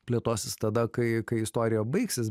plėtosis tada kai kai istorija baigsis